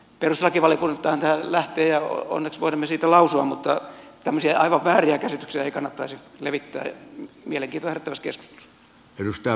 perustuslakivaliokuntaan tämä lähtee ja onneksi voinemme siitä lausua mutta tämmöisiä aivan vääriä käsityksiä ei kannattaisi levittää mielenkiintoa herättävässä keskustelussa